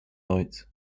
light